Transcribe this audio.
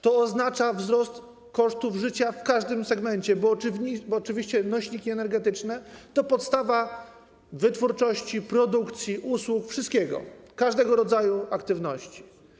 To oznacza wzrost kosztów życia w każdym segmencie, bo oczywiście nośniki energetyczne to podstawa wytwórczości, produkcji, usług, wszystkiego, każdego rodzaju aktywności.